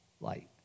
light